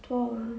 多吗